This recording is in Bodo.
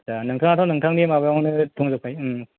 नोंथाङाथ' नोंथांनि माबायावनो दंजोबखायो